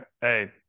Hey